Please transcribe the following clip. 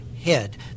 head